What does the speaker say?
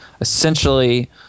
essentially